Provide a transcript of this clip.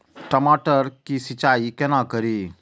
टमाटर की सीचाई केना करी?